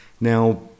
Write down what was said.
Now